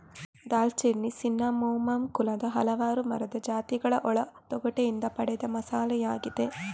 ದಾಲ್ಚಿನ್ನಿ ಸಿನ್ನಮೋಮಮ್ ಕುಲದ ಹಲವಾರು ಮರದ ಜಾತಿಗಳ ಒಳ ತೊಗಟೆಯಿಂದ ಪಡೆದ ಮಸಾಲೆಯಾಗಿದೆ